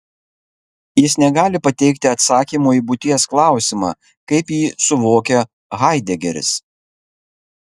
jis negali pateikti atsakymo į būties klausimą kaip jį suvokia haidegeris